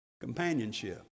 companionship